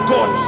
God